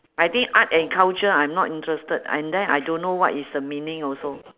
I think art and culture I'm not interested and then I don't know what is the meaning also